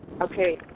Okay